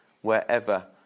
wherever